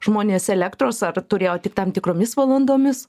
žmonės elektros ar turėjo tik tam tikromis valandomis